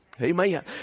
Amen